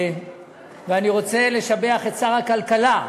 אני רוצה לשבח את שר הכלכלה,